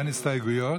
אין הסתייגויות.